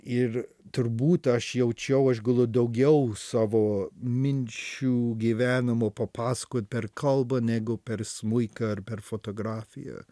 ir turbūt aš jaučiau aš galiu daugiau savo minčių gyvenimo papasakot per kalbą negu per smuiką ar per fotografiją